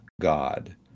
God